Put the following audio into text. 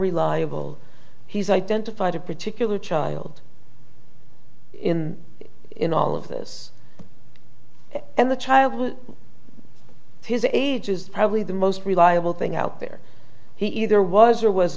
reliable he's identified a particular child in in all of this and the child was his age is probably the most reliable thing out there he either was or was